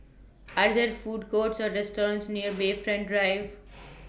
Are There Food Courts Or restaurants near Bayfront Drive